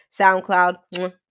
SoundCloud